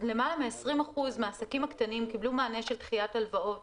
למעלה מ-20% מהעסקים הקטנים קיבלו מענה של דחיית הלוואות